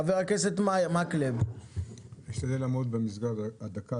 חבר הכנסת מקלב, בבקשה.